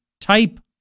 type